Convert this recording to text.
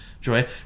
joy